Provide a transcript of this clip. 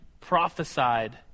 prophesied